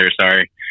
sorry